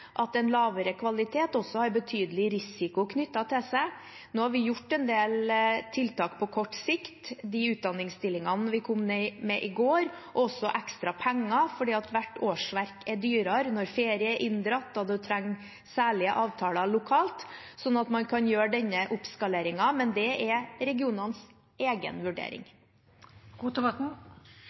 at en lavere kvalitet har betydelig risiko knyttet til seg. Nå har vi gjort en del tiltak på kort sikt – de utdanningsstillingene vi kom med i går, og også ekstra penger fordi hvert årsverk er dyrere når ferie er inndratt og man trenger særlige avtaler lokalt – sånn at man kan gjøre denne oppskaleringen, men det er regionenes egen